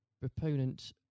proponent